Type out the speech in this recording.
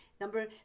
number